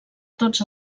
tots